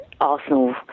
Arsenal